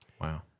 Wow